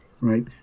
right